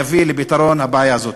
יביא לפתרון הבעיה הזאת.